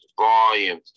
volume